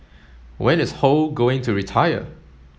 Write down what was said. when is Ho going to retire